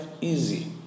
easy